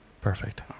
Perfect